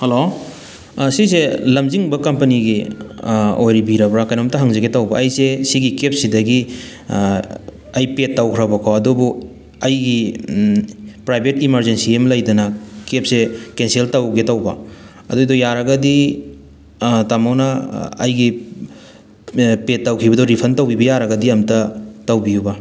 hello ꯁꯤꯁꯦ ꯂꯝꯖꯤꯡꯕ ꯀꯝꯄꯅꯤꯒꯤ ꯑꯣꯏꯕꯤꯔꯕ꯭ꯔꯥ ꯀꯩꯅꯣꯝꯇ ꯍꯪꯖꯕ ꯇꯧꯕ ꯑꯩꯁꯦ ꯁꯤꯒꯤ ꯀꯦꯞꯁꯤꯗꯒꯤ ꯑꯩ ꯄꯦꯗ ꯇꯧꯒ꯭ꯔꯕꯀꯣ ꯑꯗꯨꯕꯨ ꯑꯩꯒꯤ ꯄ꯭ꯔꯥꯏꯕꯦꯠ ꯏꯃꯔꯖꯦꯟꯁꯤ ꯑꯃ ꯂꯩꯗꯅ ꯀꯦꯞꯁꯦ ꯀꯦꯟꯁꯦꯜ ꯇꯧꯒꯦ ꯇꯧꯕ ꯑꯗꯨꯗꯣ ꯌꯥꯔꯒꯗꯤ ꯇꯥꯃꯣꯅ ꯑꯩꯒꯤ ꯄꯦꯗ ꯇꯧꯈꯤꯕꯗꯣ ꯔꯤꯐꯟ ꯇꯧꯕꯤꯕ ꯌꯥꯔꯒꯗꯤ ꯑꯝꯇ ꯇꯧꯕꯤꯌꯨꯕ